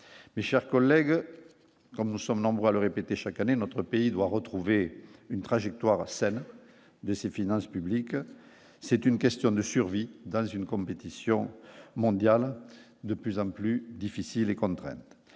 mais, chers collègues, comme nous sommes nombreux à le répéter chaque année notre pays doit retrouver une trajectoire à celle de ses finances publiques, c'est une question de survie dans une compétition mondiale de plus en plus difficile et contre